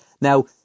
Now